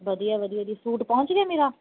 ਵਧੀਆ ਵਧੀਆ ਜੀ ਸੂਟ ਪਹੁੰਚ ਗਿਆ ਮੇਰਾ